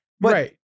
Right